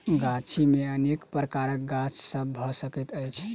गाछी मे अनेक प्रकारक गाछ सभ भ सकैत अछि